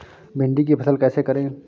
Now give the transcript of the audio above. भिंडी की फसल कैसे करें?